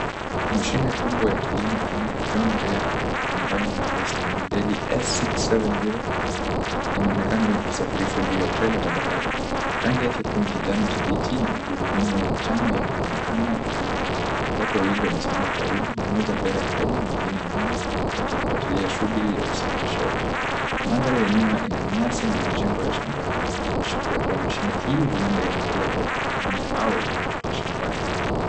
Mashine kubwa ya kilimo aina ya Jomdare Combine Harvester Model S670 inaonekana ikisafirishwa juu ya trela tambarare, rangi yake kuu ni kijani kibichi na magurudumu ya njano yanaonekana dhahiri. Watu wawili wamesimama karibu, mmoja mbele ya trela mwengine nyuma wakifuatilia shughuli ya usafirishaji. Mandhari ya nyuma ina nyasi na majengo ya shambani ikiashiria ku𝑤a mashine hio huenda inepelekwa kwenye au inatoka shambani.